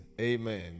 Amen